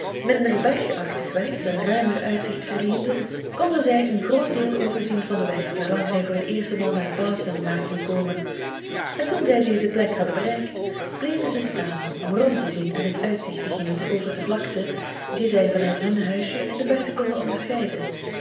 minder bergachtig werd en ruimer uitzicht verleende konden zij een groot deel overzien van den weg waarlangs zij voor de eerste maal naar barton waren gekomen en toen zij deze plek hadden bereikt bleven zij staan om rond te zien en het uitzicht te genieten over de vlakte die zij van uit hun huisje in de verte konden onderscheiden